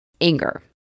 anger